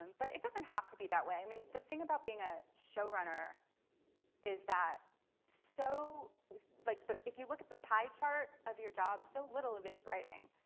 um but it doesn't have to be that way. i mean the thing about being a showrunner is that so like if if you look at the pie chart of your job so little of it is writing.